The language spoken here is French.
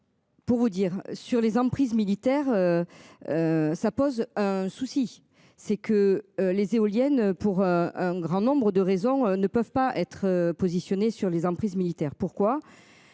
Pour vous dire sur les emprises militaires. Ça pose un souci c'est que les éoliennes pour un grand nombre de raisons ne peuvent pas être positionné sur les emprises militaires pourquoi.